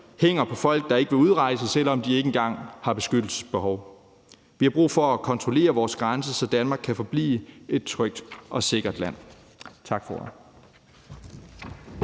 hænger på folk, der ikke vil udrejse, selv om de ikke engang har beskyttelsesbehov. Vi har brug for at kontrollere vores grænse, så Danmark kan forblive et trygt og sikkert land. Tak for